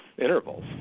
intervals